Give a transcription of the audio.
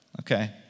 Okay